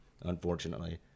unfortunately